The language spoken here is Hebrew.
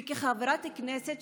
וכחברת הכנסת,